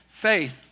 Faith